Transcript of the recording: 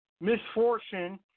misfortune